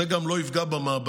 זה גם לא יפגע במעבדות.